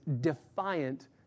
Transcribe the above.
defiant